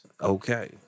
Okay